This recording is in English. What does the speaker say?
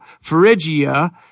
Phrygia